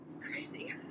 crazy